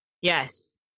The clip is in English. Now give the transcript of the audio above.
Yes